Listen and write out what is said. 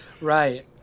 right